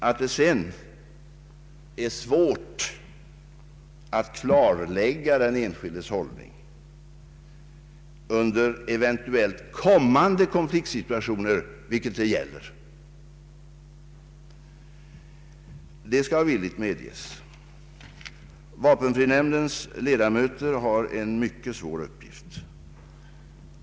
Att det är svårt att klarlägga den enskildes hållning under eventuellt kommande konfliktsituationer, vilket det här gäller, skall villigt medges. Vapenfrinämndens ledamöter har en mycket svår uppgift.